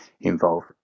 involved